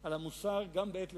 על המוסר, גם בעת לחימה.